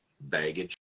baggage